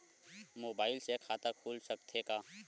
Mobile से खाता खुल सकथे का?